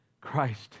Christ